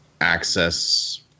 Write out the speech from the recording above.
access